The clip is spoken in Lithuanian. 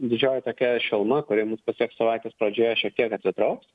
didžioji tokia šiluma kuri mus pasieks savaitės pradžioje šiek tiek atsitrauks